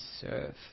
serve